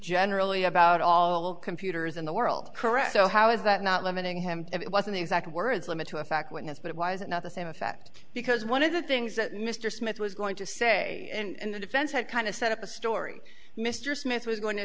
generally about all computers in the world correct so how is that not limiting him it wasn't the exact words limit to a fact witness but it was not the same effect because one of the things that mr smith was going to say and the defense had kind of set up a story mr smith was go